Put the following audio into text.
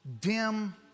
dim